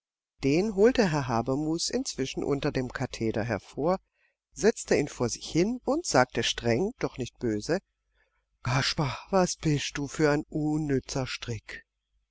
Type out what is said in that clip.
den holte herr habermus inzwischen unter dem katheder hervor stellte ihn vor sich hin und sagte streng doch nicht böse kasper was bist du für ein unnützer strick